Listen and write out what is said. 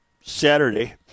Saturday